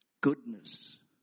Goodness